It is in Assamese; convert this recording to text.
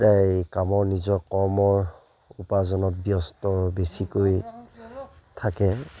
এই কামৰ নিজৰ কৰ্মৰ উপাৰ্জনত ব্যস্ত বেছিকৈ থাকে